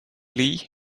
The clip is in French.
lee